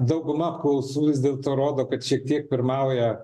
dauguma apklausų vis dėlto rodo kad šiek tiek pirmauja